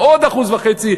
עוד 1.5,